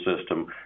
system